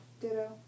Ditto